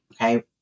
Okay